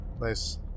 nice